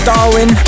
Darwin